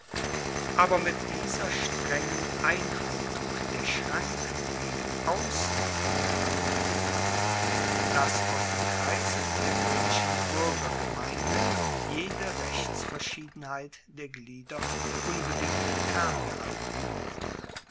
aber mit dieser strengen einhaltung der schranken gegen aussen ging hand in hand dass aus dem kreise der roemischen buergergemeinde jede rechtsverschiedenheit der glieder unbedingt ferngehalten wurde